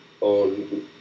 On